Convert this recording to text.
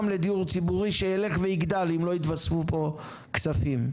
לדיור ציבורי שילך ויגדל אם לא יתווספו פה כספים.